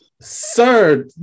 sir